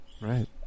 Right